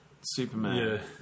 Superman